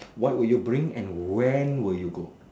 what will you bring and when will you go